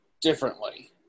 differently